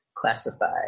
classified